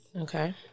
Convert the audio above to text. Okay